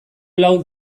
lau